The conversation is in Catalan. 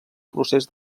procés